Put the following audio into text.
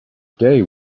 day